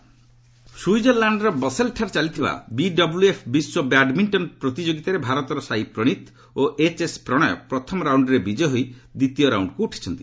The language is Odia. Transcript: ବ୍ୟାଡ୍ମିଣ୍ଟନ ସ୍ରଇଜରଲ୍ୟାଣ୍ଡର ବସେଲ୍ଠାରେ ଚାଲିଥିବା ବିଡବ୍ଲ୍ୟଏଫ୍ ବିଶ୍ୱ ବ୍ୟାଡ୍ମିକ୍ଷନ ପ୍ରତିଯୋଗିତାରେ ଭାରତର ସାଇ ପ୍ରଣୀତ ଓ ଏଚ୍ଏସ୍ ପ୍ରଣୟ ପ୍ରଥମ ରାଉଣ୍ଡରେ ବିଜୟ ହୋଇ ଦ୍ୱିତୀୟ ରାଉଣ୍ଡକ୍ ଉଠିଛନ୍ତି